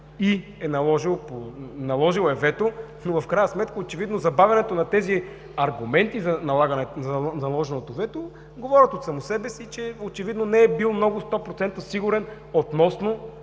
и е наложил вето, но в крайна сметка очевидно забавянето на тези аргументи за налагането на наложеното вето говорят от само себе си, че очевидно не е бил 100% сигурен относно